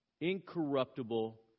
incorruptible